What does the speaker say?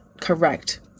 correct